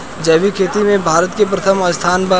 जैविक खेती में भारत के प्रथम स्थान बा